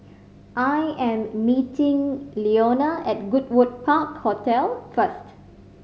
I am meeting Leona at Goodwood Park Hotel first